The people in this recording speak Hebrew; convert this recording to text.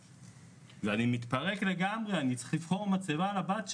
ואני מתפרק לגמרי כי אני צריך לבחור מצבה לבת שלי.